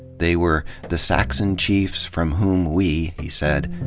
they were the saxon chiefs from whom we, he said,